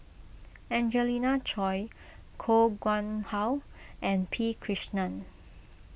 Angelina Choy Koh Nguang How and P Krishnan